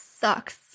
sucks